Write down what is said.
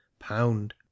Pound